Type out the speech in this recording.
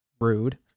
Rude